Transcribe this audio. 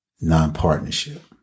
non-partnership